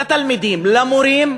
לתלמידים, למורים,